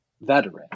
Veteran